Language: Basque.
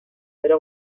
era